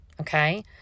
Okay